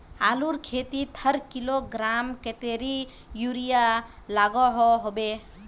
आलूर खेतीत हर किलोग्राम कतेरी यूरिया लागोहो होबे?